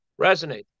resonate